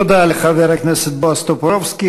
תודה לחבר הכנסת בועז טופורובסקי.